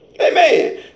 Amen